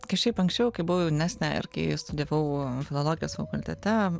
kai šiaip anksčiau kai buvau jaunesnė ir kai studijavau filologijos fakultete